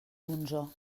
monsó